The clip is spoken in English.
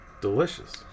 Delicious